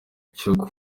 gikorwa